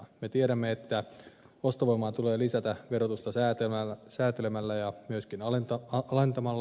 me tiedämme että ostovoimaa tulee lisätä verotusta säätelemällä ja myös alentamallakin